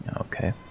Okay